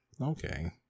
okay